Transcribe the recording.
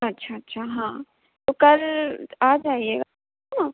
अच्छा अच्छा हाँ तो कल आ जाइएगा न